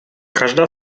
každá